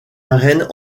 arène